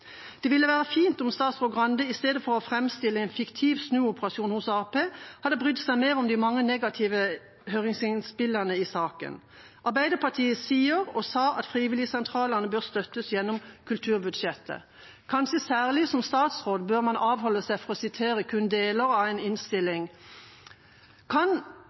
Det ville være fint om statsråd Skei Grande, i stedet for å framstille en fiktiv snuoperasjon i Arbeiderpartiet, hadde brydd seg mer om de mange negative høringsinnspillene i saken. Arbeiderpartiet sier, og sa, at frivilligsentralene bør støttes gjennom kulturbudsjettet. Kanskje særlig som statsråd bør man avholde seg fra å sitere deler av en